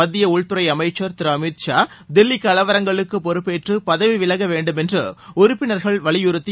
மத்திய உள்துறை அமைச்சர் திரு அமித்ஷா தில்லி கலவரங்களுக்கு பொறுப்பேற்று பதவி விலக வேண்டுமென்று உறுப்பினர்கள் வலியுறுத்தி